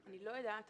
אני לא יודעת.